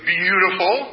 beautiful